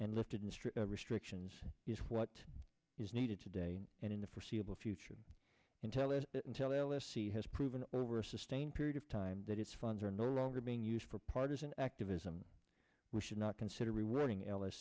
and lifted in strict restrictions is what is needed today and in the forseeable future intel as intel l s c has proven over a sustained period of time that its funds are no longer being used for partisan activism we should not consider rewarding l s